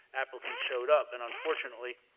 applicant showed up. and unfortunately,